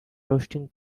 roasting